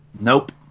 Nope